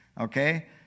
okay